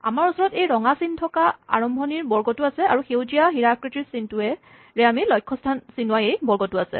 আমাৰ ওচৰত এই ৰঙা চিন থকা আৰম্ভণিৰ বৰ্গটো আছে আৰু সেউজীয়া হীৰা আকৃতিৰ চিহ্নটোৱেৰে লক্ষস্হান চিনোৱা এই বৰ্গটো আছে